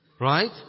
Right